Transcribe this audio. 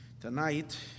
Tonight